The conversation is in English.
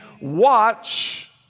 watch